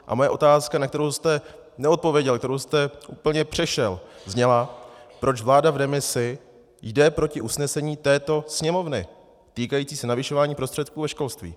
A moje otázka, na kterou jste neodpověděl, kterou jste přešel, zněla: proč vláda v demisi jde proti usnesení této Sněmovny týkajícímu se navyšování prostředků ve školství?